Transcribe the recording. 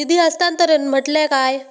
निधी हस्तांतरण म्हटल्या काय?